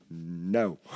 no